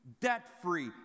debt-free